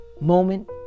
Moment